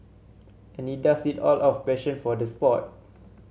and he does it all out of passion for the sport